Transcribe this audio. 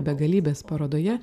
begalybės parodoje